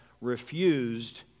refused